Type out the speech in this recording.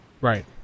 Right